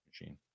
machine